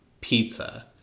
pizza